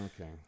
Okay